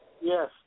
Yes